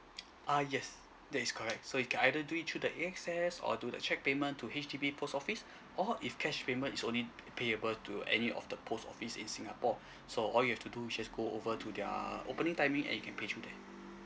ah yes that is correct so you can either do it through the A_X_S or do the cheque payment to H_D_B post office or if cash payment is only payable to any of the post office in singapore so all you have to do is just go over to their opening timing and you can pay through there